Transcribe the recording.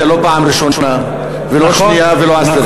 זה לא פעם ראשונה ולא שנייה ולא עשירית.